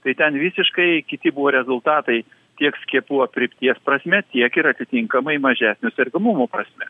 tai ten visiškai kiti buvo rezultatai tiek skiepų aprėpties prasme tiek ir atitinkamai mažesnio sergamumo prasme